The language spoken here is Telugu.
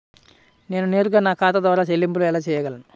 నేను నేరుగా నా ఖాతా ద్వారా చెల్లింపులు ఎలా చేయగలను?